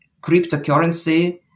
cryptocurrency